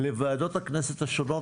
לוועדות הכנסת השונות,